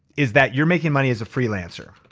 is that you're making money as a freelancer.